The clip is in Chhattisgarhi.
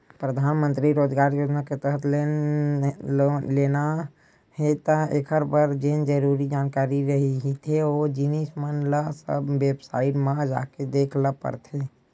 परधानमंतरी रोजगार योजना के तहत लोन लेना हे त एखर बर जेन जरुरी जानकारी रहिथे ओ जिनिस मन ल सब बेबसाईट म जाके देख ल परथे